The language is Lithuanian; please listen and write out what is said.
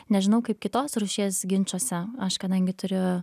nežinau kaip kitos rūšies ginčuose aš kadangi turiu